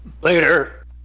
Later